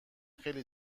خیلی